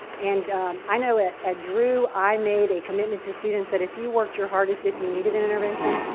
and i know at at drew i made a commitment to students that if you worked your hardest, if you needed an intervention,